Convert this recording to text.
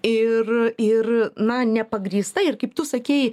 ir ir na nepagrįsta ir kaip tu sakei